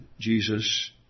Jesus